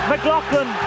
McLaughlin